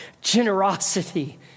generosity